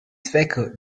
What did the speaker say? zwecke